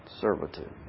Servitude